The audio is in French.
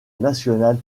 national